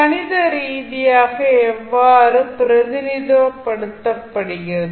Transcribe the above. கணித ரீதியாக எவ்வாறு பிரதிநிதித்துவப் படுத்தபடுகிறது